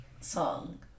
song